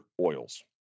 oils